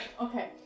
Okay